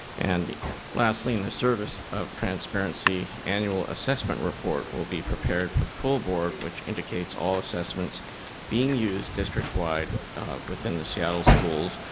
and lastly in the service of transparency, annual assessment reports will be prepared for the full board which indicates all assessments being used used districtwide within the seattle schools,